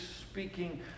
speaking